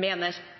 mener.